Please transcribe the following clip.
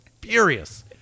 furious